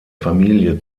familie